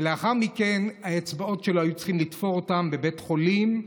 ולאחר מכן את האצבעות שלו היו צריכים לתפור בבית חולים.